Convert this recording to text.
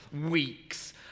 weeks